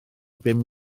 bum